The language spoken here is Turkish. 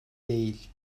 değil